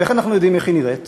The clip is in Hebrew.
ואיך אנחנו יודעים איך היא נראית?